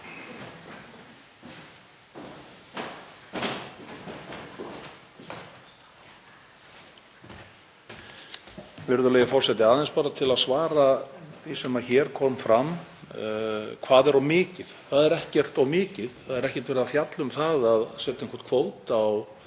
Virðulegi forseti. Aðeins bara til að svara því sem hér kom fram: Hvað er of mikið? Það er ekkert of mikið. Það er ekkert verið að fjalla um það að setja einhvern kvóta á